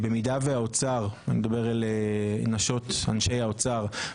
אני מדבר אל נשות ואנשי האוצר,